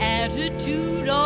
Attitude